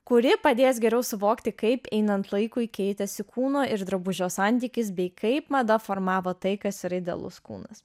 kuri padės geriau suvokti kaip einant laikui keitėsi kūno ir drabužio santykis bei kaip mada formavo tai kas yra idealus kūnas